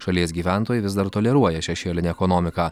šalies gyventojai vis dar toleruoja šešėlinę ekonomiką